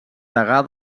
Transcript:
degà